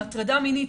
הטרדה מינית,